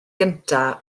gyntaf